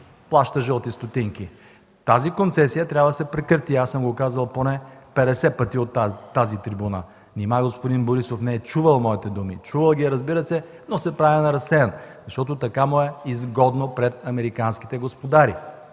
плаща жълти стотинки. Тази концесия трябва да се прекрати – казал съм го поне 50 пъти от тази трибуна. Нима господин Борисов не е чувал моите думи? Чувал ги е, разбира се, но се прави на разсеян, защото така му е изгодно пред американските господари.